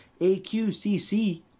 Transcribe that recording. AQCC